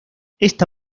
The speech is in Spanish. esta